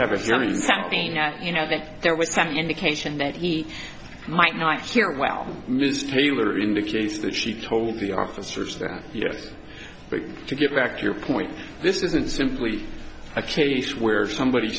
night you know that there was some indication that he might not hear well mr taylor indicates that she told the officers that yes but to get back to your point this isn't simply a case where somebody